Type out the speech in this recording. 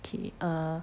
ask you another question